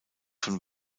von